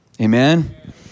Amen